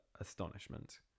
astonishment